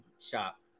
shop